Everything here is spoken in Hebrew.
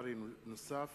פרלמנטרי נוסף